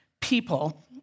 people